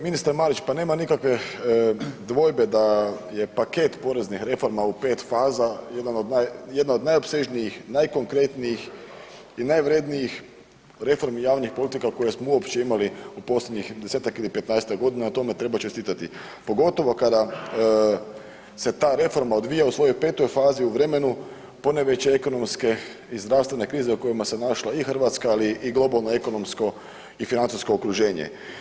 Ministar Marić pa nema nikakve dvojbe da je paket poreznih reformi u pet faza jedna od najopsežnijih, najkonkretnijih i najvrjednijih reformi javnih politika koje smo uopće imali u posljednjih desetak ili petnaestak godina na tome treba čestiti, pogotovo kada se ta reforma odvija u svojoj petoj fazi u vremenu ponajveće ekonomske i zdravstvene krize u kojima se našla i Hrvatska, ali i globalno ekonomsko i financijsko okruženje.